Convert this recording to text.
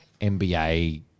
NBA